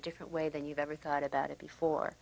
a different way than you've ever thought about it before